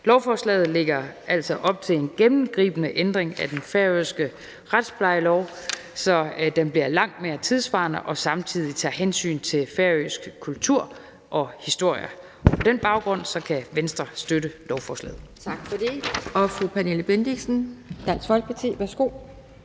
Lovforslaget lægger altså op til en gennemgribende ændring af den færøske retsplejelov, så den bliver langt mere tidssvarende og samtidig tager hensyn til færøsk kultur og historie. På den baggrund kan Venstre støtte lovforslaget.